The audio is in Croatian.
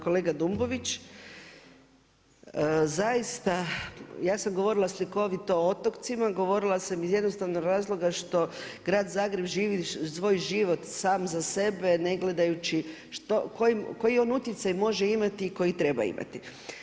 Kolega Dumbović, zaista ja sam govorila slikovito o otocima, govorila sam iz razloga što grad Zagreb živi svoj život sam za sebe ne gledajući koji on utjecaj može imati i koji treba imati.